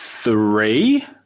Three